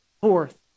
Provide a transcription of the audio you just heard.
Fourth